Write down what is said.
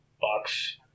box